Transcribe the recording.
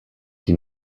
die